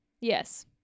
Yes